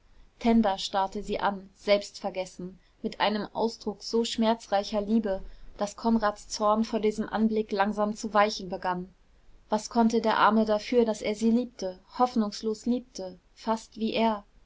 tenda starrte sie an selbstvergessen mit einem ausdruck so schmerzreicher liebe daß konrads zorn vor diesem anblick langsam zu weichen begann was konnte der arme dafür daß er sie liebte hoffnungslos liebte fast wie er